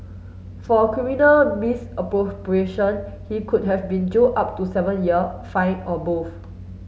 for criminal misappropriation he could have been jailed up to seven year fined or both